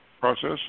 process